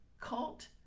cult